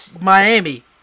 Miami